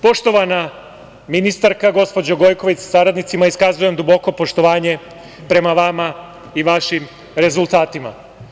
Poštovana ministarka, gospođo Gojković sa saradnicima, iskazujem duboko poštovanje prema vama i vašim rezultatima.